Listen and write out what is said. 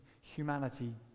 humanity